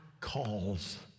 calls